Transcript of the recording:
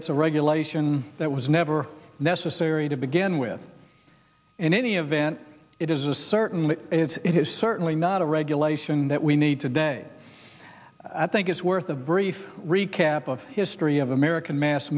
it's a regulation that was never necessary to begin with in any event it is a certainly it's it is certainly not a regulation that we need today i think it's worth of brief recap of history of american mass